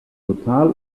total